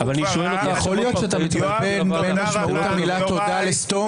--- יכול להיות שאתה מתבלבל בין משמעות המילה "תודה" ל"סתום"?